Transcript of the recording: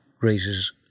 raises